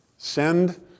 Send